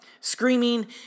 screaming